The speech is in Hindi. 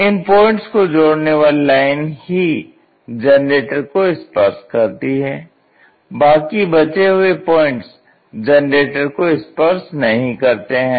इन पॉइंट्स को जोड़ने वाली लाइन ही जनरेटर को स्पर्श करती है बाकी बचे हुए पॉइंट्स जनरेटर को स्पर्श नहीं करते हैं